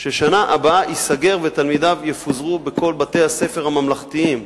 ייסגר בשנה הבאה ותלמידיו יפוזרו בכל בתי-הספר הממלכתיים.